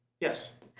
yes